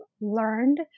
learned